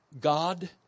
God